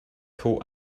coat